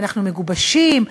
ואנחנו מגובשים,